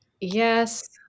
Yes